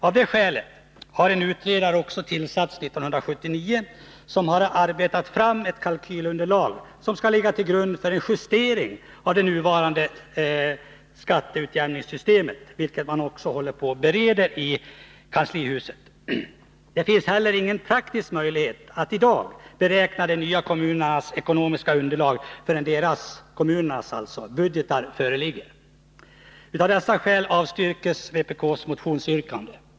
Av det skälet har en utredare också tillsatts 1979, som har arbetat fram ett kalkylunderlag som skall ligga till grund för en justering av det nuvarande skatteutjämningssystemet. Det finns heller ingen praktisk möjlighet att i dag beräkna de nya kommunernas ekonomiska underlag förrän deras budgetar föreligger. Av dessa skäl avstyrks vpk:s motionsyrkande.